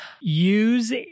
use